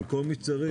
על כל מי שצריך,